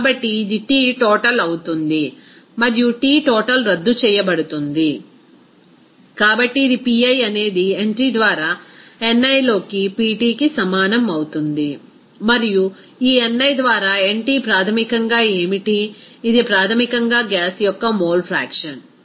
కాబట్టి ఇది T total అవుతుంది మరియు T టోటల్ రద్దు చేయబడుతుంది కాబట్టి ఇది Pi అనేది nt ద్వారా ni లోకి Ptకి సమానం అవుతుంది మరియు ఈ ni ద్వారా nt ప్రాథమికంగా ఏమిటి ఇది ప్రాథమికంగా గ్యాస్ యొక్క మోల్ ఫ్రాక్షన్ సరే